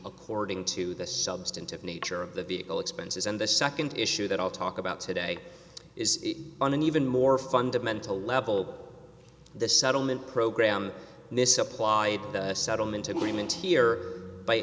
according to the substantive nature of the vehicle expenses and the second issue that i'll talk about today is on an even more fundamental level the settlement program misapplied the settlement agreement here by